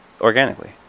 organically